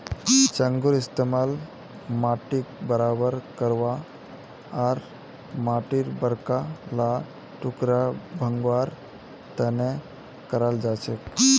चंघूर इस्तमाल माटीक बराबर करवा आर माटीर बड़का ला टुकड़ा भंगवार तने कराल जाछेक